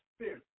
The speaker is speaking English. spirit